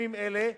בתחומים אלה,